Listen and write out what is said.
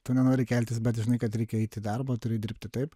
tu nenori keltis bet žinai kad reikia eit į darbą turi dirbti taip